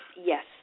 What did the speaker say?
Yes